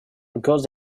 because